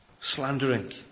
Slandering